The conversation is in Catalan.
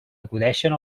acudeixen